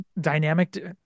Dynamic